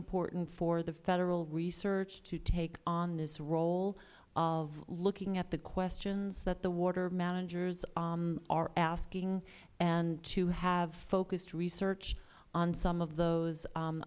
important for the federal research to take on this role of looking at the questions that the water managers are asking and to have focused research on some of those